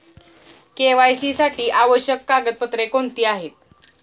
KYC साठी आवश्यक कागदपत्रे कोणती आहेत?